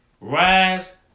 Rise